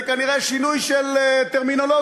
זה כנראה שינוי של טרמינולוגיה.